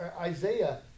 Isaiah